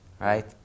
right